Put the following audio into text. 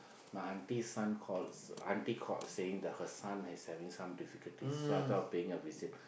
my aunty son calls aunty call saying the her son has having some difficulties so I thought of paying a visit